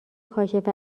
کاشف